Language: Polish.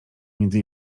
między